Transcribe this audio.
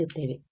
ಪಡೆಯುತ್ತೇವೆ